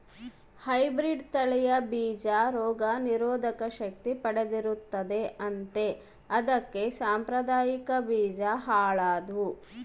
hybrid ತಳಿಯ ಬೀಜ ರೋಗ ನಿರೋಧಕ ಶಕ್ತಿ ಪಡೆದಿರುತ್ತದೆ ಅಂತೆ ಅದಕ್ಕೆ ಸಾಂಪ್ರದಾಯಿಕ ಬೀಜ ಹಾಳಾದ್ವು